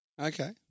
Okay